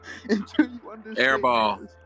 Airball